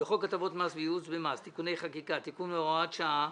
בחוק הטבות במס וייעוץ במס (תיקוני חקיקה) (תיקון והוראת שעה),